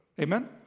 Amen